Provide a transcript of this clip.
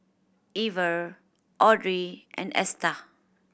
Iver Audrey and Esta